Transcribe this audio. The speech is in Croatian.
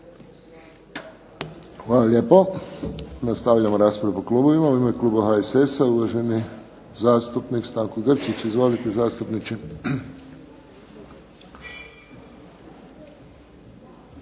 Hvala lijepo. Nastavljamo raspravu po klubovima. U ime kluba HSS-a uvaženi zastupnik Stanko Grčić. Izvolite, zastupniče.